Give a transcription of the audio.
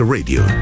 Radio